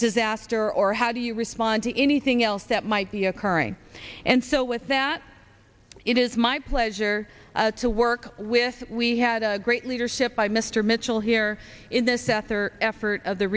disaster or how do you respond to anything else that might be occurring and so with that it is my pleasure to work with we had a great leadership by mr mitchell here in this after effort of the